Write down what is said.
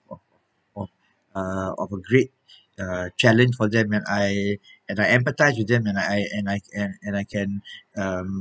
of of uh of a great uh challenge for them and I and I empathise with them and I and I and and I can um